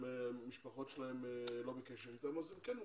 שהמשפחות שלהם לא בקשר אתם, הם כן מוכרים.